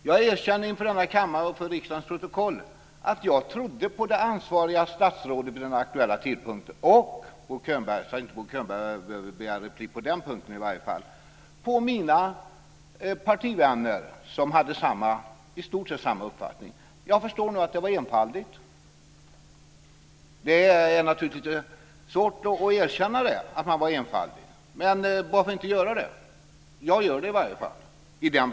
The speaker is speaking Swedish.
Jag erkänner inför denna kammare och för riksdagens protokoll att jag trodde på det ansvariga statsrådet vid den aktuella tidpunkten - nu behöver Bo Könberg inte begära replik på den punkten, i alla fall - och på mina partivänner som hade i stort sett samma uppfattning. Jag förstår nu att det var enfaldigt. Det är naturligtvis lite svårt att erkänna att man var enfaldig, men varför inte göra det? Jag gör det i alla fall.